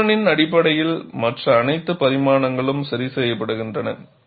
தடிமன் அடிப்படையில் மற்ற அனைத்து பரிமாணங்களும் சரி செய்யப்படுகின்றன